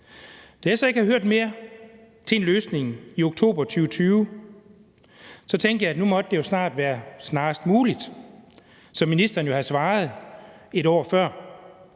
Da jeg så ikke havde hørt mere til en løsning i oktober 2020, tænkte jeg, at nu måtte det snart være »snarest muligt«, som ministeren jo havde svaret et år før.